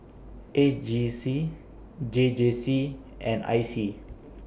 A G C J J C and I C